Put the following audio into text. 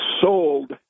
sold